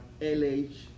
LH